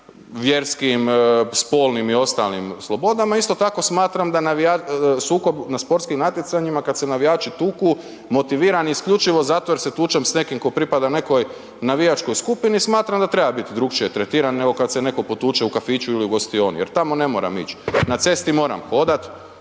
vjerskim, spolnim i ostalim slobodama. Isto tako smatram da sukob na sportskim natjecanjima kad se navijači tuku motiviran isključivo zato jer se tučem s nekim tko pripada nekoj navijačkoj skupini, smatram da treba biti drugačije tretiran nego kad se netko potuče u kafiću ili u gostioni, jer tamo ne moram ići. Na cesti moram hodat,